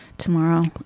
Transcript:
tomorrow